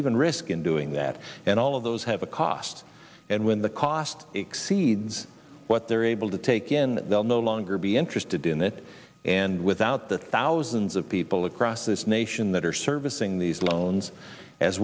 even risk in doing that and all of those have a cost and when the cost exceeds what they're able to take in they'll no longer be interested in that and without the thousands of people across this nation that are servicing these loans as